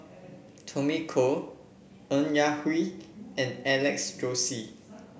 Tommy Koh Ng Yak Whee and Alex Josey